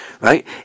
right